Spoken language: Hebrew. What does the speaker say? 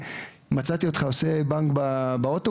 מצאתי אותך עושה באנג באוטובוס,